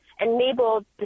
enable